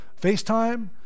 FaceTime